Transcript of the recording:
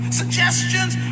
suggestions